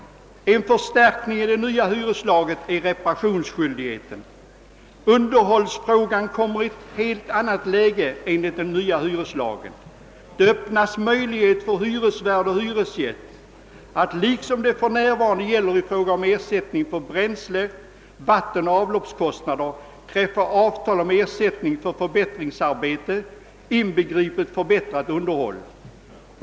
En förstärkning i den nya hyreslagen är reparationsskyldigheten. Underhållsfrågan kommer i ett helt annat läge enligt den nya hyreslagen. Det öppnas möjlighet för hyresvärd och hyresgäst att — liksom för närvarande gäller i fråga om ersättning för bränsle-, vattenoch avloppskostnader — träffa avtal om ersättning för förbättringsarbeten, inbegripet förbättrat underhåll.